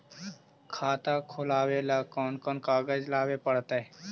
खाता खोलाबे ल कोन कोन कागज लाबे पड़तै?